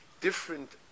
different